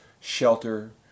shelter